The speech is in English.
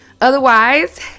Otherwise